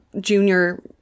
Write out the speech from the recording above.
junior